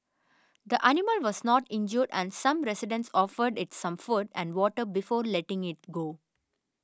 the animal was not injured and some residents offered it some food and water before letting it go